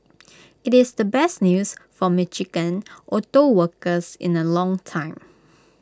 IT is the best news for Michigan auto workers in A long time